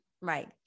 right